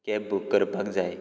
cab book करपाक जाय